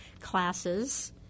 classes